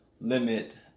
Limit